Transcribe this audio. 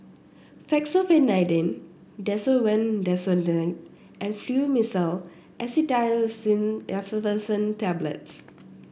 Fexofenadine Desowen Desonide and Fluimucil Acetylcysteine Effervescent Tablets